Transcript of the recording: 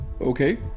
Okay